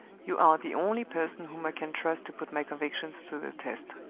you are the only person whom i can trust to put my convictions to the test.